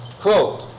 quote